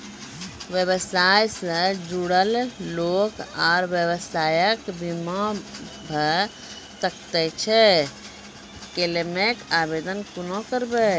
व्यवसाय सॅ जुड़ल लोक आर व्यवसायक बीमा भऽ सकैत छै? क्लेमक आवेदन कुना करवै?